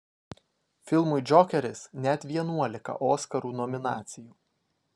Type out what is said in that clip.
filmui džokeris net vienuolika oskarų nominacijų